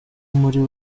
muri